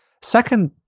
Second